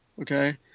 okay